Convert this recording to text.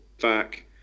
back